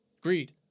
greed